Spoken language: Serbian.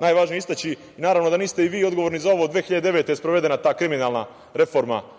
najvažnije istaći i, naravno, niste vi odgovorni za ovo. Godine 2009. je sprovedena ta kriminalna reforma